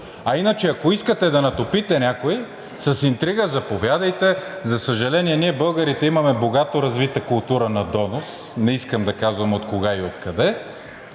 А иначе, ако искате да натопите някого с интрига, заповядайте. За съжаление, ние българите имаме богато развита култура на донос, не искам да казвам откога и откъде,